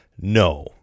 no